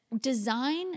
design